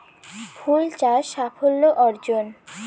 ফুল চাষ সাফল্য অর্জন?